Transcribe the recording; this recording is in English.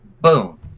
Boom